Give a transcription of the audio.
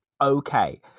Okay